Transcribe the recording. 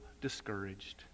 discouraged